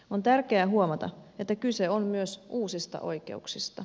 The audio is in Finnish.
on tärkeää huomata että kyse on myös uusista oikeuksista